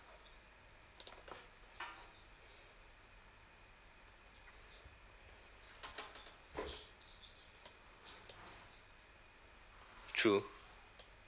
true